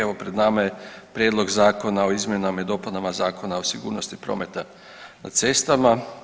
Evo pred nama je Prijedlog zakona o izmjenama i dopunama Zakona o sigurnosti prometa na cestama.